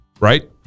Right